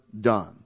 done